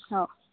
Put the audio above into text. हो